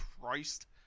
Christ